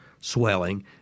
swelling